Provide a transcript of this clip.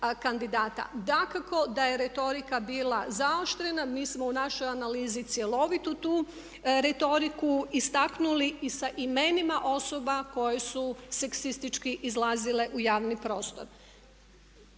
Dakako da je retorika bila zaoštrena, mi smo u našoj analizi cjelovitu tu retoriku istaknuli i sa imenima osoba koje su seksistički izlazile u javni prostor.